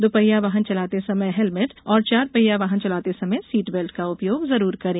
दो पहिया वाहन चलाते समय हेलमेट और चार पहिया वाहन चलाते समय सीट बेल्ट का उपयोग जरूर करें